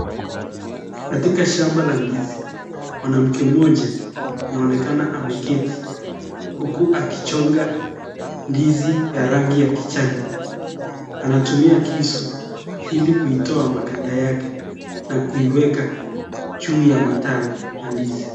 Katika shamba la ndizi mwanamke mmoja anaonekana ameketi huku akichonga ndizi ya rangi ya kijani ,anatumia kisu ili kuitoa maganda yake na kuieka juu ya matawi ya ndizi.